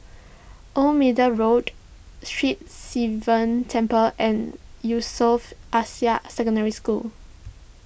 Old Middle Road Sri Sivan Temple and Yusof Ishak Secondary School